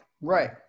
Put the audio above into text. right